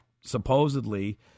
supposedly